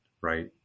Right